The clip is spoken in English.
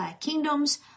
kingdoms